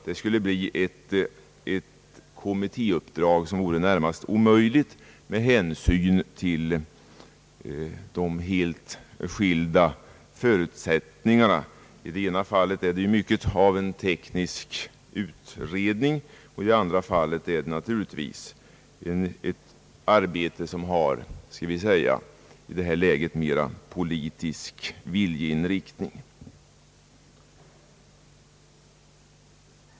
Det skulle bli ett kommittéuppdrag som vore i det närmaste omöjligt att fullgöra med hänsyn till de helt skilda förutsättningarna. I det ena fallet är det ju mycket av en teknisk utredning, och i det andra fallet är det naturligtvis ett arbete som i detta läge har så att säga politisk viljeinriktning.